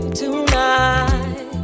tonight